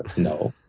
no.